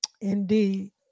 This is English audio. Indeed